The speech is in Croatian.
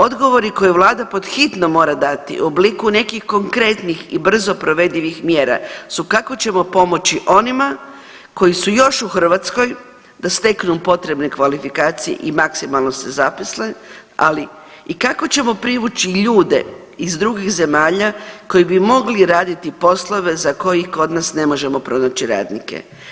Odgovori koje vlada pod hitno mora dati u obliku nekih konkretnih i brzo provedivih mjera su kako ćemo pomoći onima koji su još u Hrvatskoj da steknu potrebne kvalifikacije i maksimalno se zaposle, ali i kako ćemo privući ljude iz drugih zemalja koji bi mogli raditi poslove za koje ih kod nas ne možemo pronaći radnike.